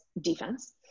defense